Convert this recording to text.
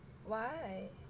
why